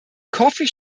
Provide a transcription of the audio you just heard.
coffee